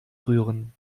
rühren